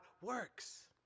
works